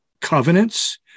covenants